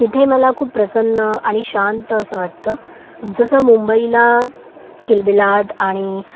तिथे मला खूप प्रसन्न आणि शांत असं वाटतं जसं मुंबईला किलबिलाट आणि